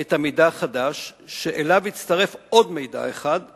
את המידע החדש שאליו הצטרף עוד מידע של